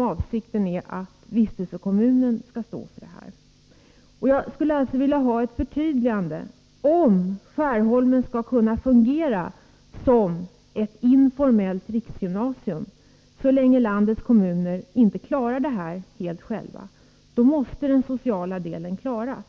Avsikten är då att vistelsekommunen skall stå för det hela. Jag skulle alltså vilja ha ett förtydligande på den här punkten. Om Skärholmen skall kunna fungera som ett informellt riksgymnasium, så länge landets kommuner inte kan ta hela ansvaret själva, måste den sociala delen klaras.